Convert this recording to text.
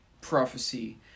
prophecy